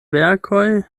verkoj